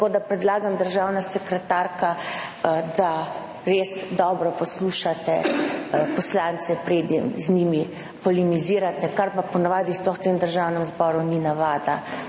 Tako da predlagam, državna sekretarka, da res dobro poslušate poslance, preden z njimi polemizirate, kar pa po navadi sploh v tem Državnem zboru ni navada.